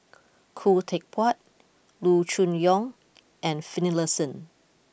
Khoo Teck Puat Loo Choon Yong and Finlayson